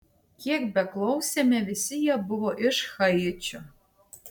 kiek beklausėme visi jie buvo iš haičio